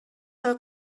her